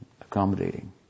accommodating